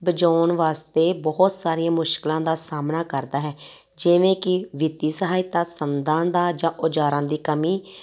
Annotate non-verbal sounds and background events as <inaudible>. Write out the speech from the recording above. ਬਿਜਾਉਣ ਵਾਸਤੇ ਬਹੁਤ ਸਾਰੀਆਂ ਮੁਸ਼ਕਲਾਂ ਦਾ ਸਾਹਮਣਾ ਕਰਦਾ ਹੈ ਜਿਵੇਂ ਕਿ ਵਿੱਤੀ ਸਹਾਇਤਾ <unintelligible> ਜਾਂ ਔਜ਼ਾਰਾਂ ਦੀ ਕਮੀ